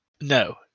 No